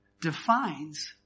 defines